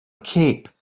cape